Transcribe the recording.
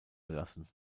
gelassen